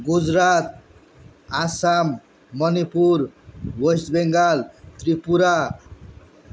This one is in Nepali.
गुजरात असम मणिपुर वेस्ट बेङ्गल त्रिपुरा